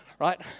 Right